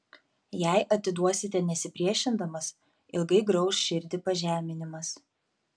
jei atiduosite nesipriešindamas ilgai grauš širdį pažeminimas